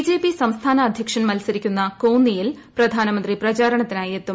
BJP സംസ്ഥാന അദ്ധ്യക്ഷൻ മത്സരിക്കുന്ന കോന്നിയിൽ പ്രധാനമന്ത്രി പ്രചാരണത്തിനായി എത്തും